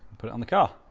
but on the car